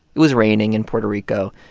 it was raining in puerto rico.